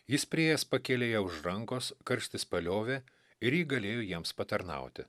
jis priėjęs pakėlė ją už rankos karštis paliovė ir ji galėjo jiems patarnauti